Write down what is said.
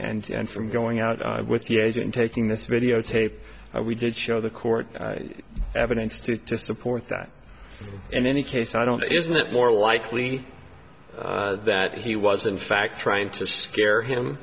and from going out with the agent taking this videotape we did show the court evidence to support that in any case i don't isn't it more likely that he was in fact trying to scare him